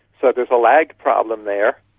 so there's a lag problem there.